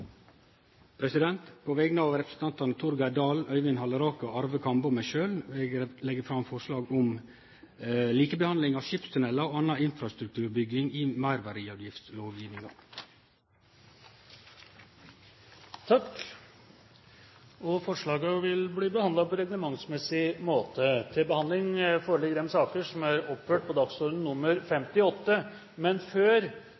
På vegner av representantane Torgeir Dahl, Øyvind Halleraker, Arve Kambe og meg sjølv vil eg leggje fram forslag om likebehandling av skipstunnelar og anna infrastrukturbygging i meirverdiavgiftslovgjevinga. Forslagene vil bli behandlet på reglementsmessig måte. Før sakene på dagens kart tas opp til behandling, vil presidenten foreslå at sak nr. 3, Referat, tas opp til behandling før